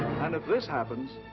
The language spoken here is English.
and if this happens,